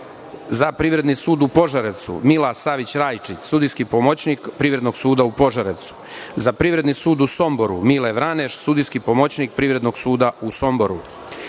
Za Privredni sud u Požarevcu – Mila Savić Rajčić, sudijski pomoćnik Privrednog suda u Požarevcu. Za Privredni sud u Somboru – Mile Vraneš, sudijski pomoćnik Privrednog suda u Somboru.